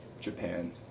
Japan